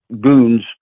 goons